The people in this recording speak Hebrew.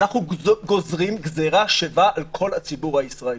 אנחנו גוזרים גזרה שווה על כל הציבור הישראלי?